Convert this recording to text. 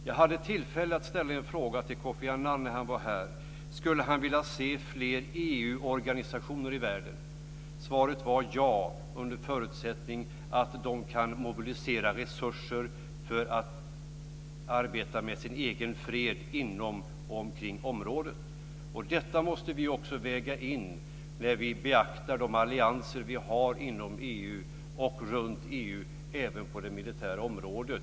Jag hade tillfälle att ställa en fråga till Kofi Annan när har var här: Skulle han vilja se fler EU organisationer i världen? Svaret var: Ja, under förutsättning att de kan mobilisera resurser för att arbeta med sin egen fred inom och omkring området. Detta måste vi också väga in när vi beaktar de allianser vi har inom EU och runt EU även på det militära området.